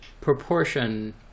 Proportion